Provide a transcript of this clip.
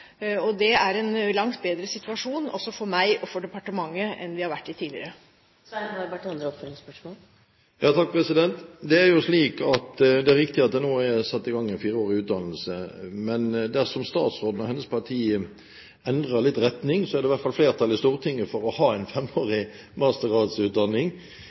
Det er en langt bedre situasjon også for meg og for departementet enn vi har vært i tidligere. Det er riktig at det nå er satt i gang en fireårig utdannelse, men dersom statsråden og hennes parti endrer litt retning, er det i hvert fall flertall i Stortinget for å ha en